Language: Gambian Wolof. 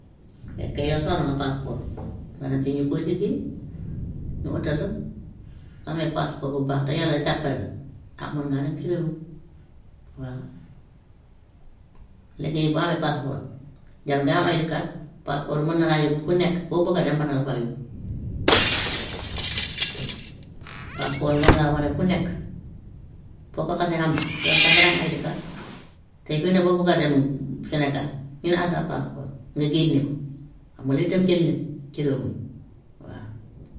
fekk yow soxla nga passport nga dem si ñi koy liggéey ñu utal la. Soo amee passport bu baax te yàlla jàppale la ah mun ngaa dem ci réew yi waa. Léegi yow boo amee passport jarul ngay am id card passport bi mën na laa yóbbu fiu nekk foo bëgg a dem mën na la faa yóbbiu waa. te passport mën na laa wane fu nekk, boo ko xasee am jarul sax nga di am id card. Tey fi mu ne boo bëgga dem sénégal ñu ne ana sa passport nga génne ko, xam nga lii tam njëriñ la ci réew mi waa.